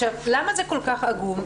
למה זה כל כך עגום?